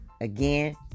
again